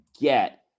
get